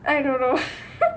I don't know